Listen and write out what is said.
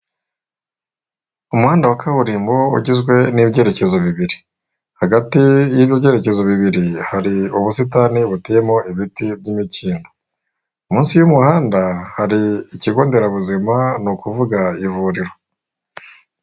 Umuhanda wa kaburimbo ugizwe n'ibyerekezo bibiri hagati y'ibyo byerekezo bibiri hari ubusitani buteyeyemo ibiti by'imikindo munsi y'umuhanda hari ikigo nderabuzima ni ukuvuga ivuriro.